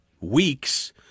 weeks